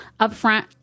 upfront